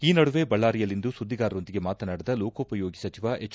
ಈ ನಡುವೆ ಬಳ್ಳಾರಿಯಲ್ಲಿಂದು ಸುದ್ದಿಗಾರರೊಂದಿಗೆ ಮಾತನಾಡಿದ ಲೋಕೋಪಯೋಗಿ ಸಚಿವ ಎಜ್